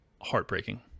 heartbreaking